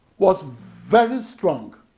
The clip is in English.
was very strong,